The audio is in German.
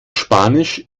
spanisch